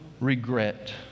regret